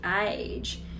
age